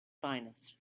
finest